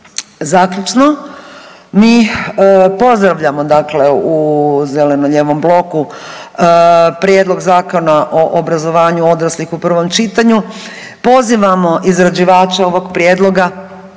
Zaključno. Mi pozdravljamo dakle u Zeleno-lijevom bloku prijedlog zakona o obrazovanju odraslih u prvom čitanju. Pozivamo izrađivače ovog prijedloga